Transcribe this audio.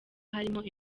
harimo